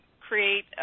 create